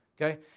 okay